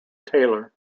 taylor